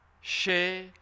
Share